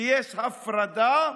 כשיש הפרדה,